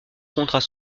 contrat